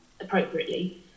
appropriately